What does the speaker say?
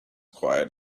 quiet